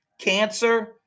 Cancer